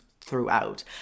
throughout